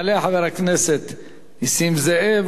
יעלה חבר הכנסת נסים זאב,